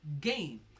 game